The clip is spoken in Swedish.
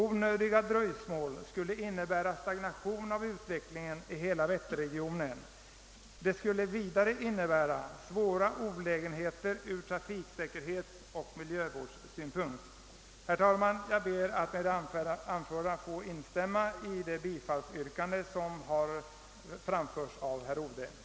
Onödigt dröjsmål skulle innebära stagnation av utvecklingen i hela Vätterregionen och vidare skulle det betyda svåra olägenheter från trafiksäkerhetsoch miljövårdssynpunkt. Herr talman! Med det anförda ber jag att få instämma i det av herr Odhe framställda bifallsyrkandet.